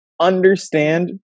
understand